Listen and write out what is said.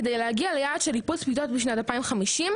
כדי להגיע ליעד של איפוס --- בשנת 2050,